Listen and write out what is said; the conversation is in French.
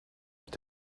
peut